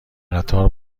قطار